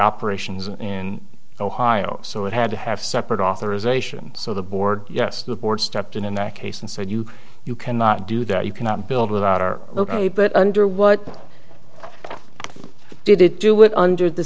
operations in ohio so it had to have separate authorization so the board yes the board stepped in in that case and said you you cannot do that you cannot build without our ok but under what did it do it under the